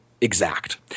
exact